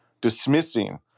dismissing